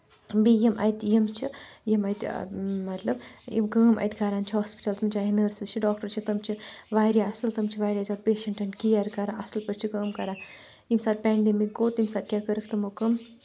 بیٚیہِ یِم اَتہِ یِم چھِ یِم اَتہِ مطلب یِم کٲم اَتہِ کَران چھِ ہوسپِٹَل تِم چاہے نٔرسٕز چھِ ڈاکٹَر چھِ تم چھِ واریاہ اَصٕل تٕم چھِ واریاہ زیادٕ پیشَنٹَن کِیَر کَران اَصٕل پٲٹھۍ چھِ کٲم کَران ییٚمہِ ساتہٕ پٮ۪نٛڈیمِک گوٚو تمہِ ساتہٕ کیٛاہ کٔرٕکھ تِمو کٲم